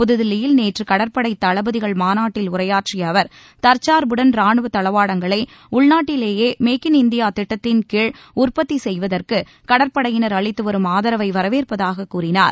புதுதில்லியில் நேற்று கடற்படை தளபதிகள் மாநாட்டில் உரையாற்றிய அவர் தற்சாா்புடன் ராணுவத் தளவாடங்களை உள்நாட்டிலேயே மேக்கின் இந்தியா திட்டத்தின்கீழ் உற்பத்தி செய்வதற்கு கடற்படையினர் அளித்துவரும் ஆதரவை வரவேற்பதாக கூறினார்